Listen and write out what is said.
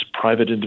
private